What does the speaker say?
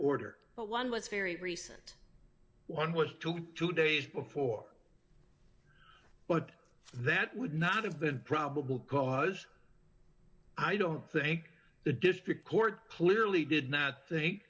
very recent one was to two days before but that would not have been probable cause i don't think the district court clearly did not